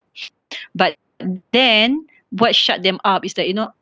but then what shut them up is that you know